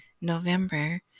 November